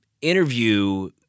interview